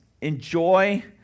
enjoy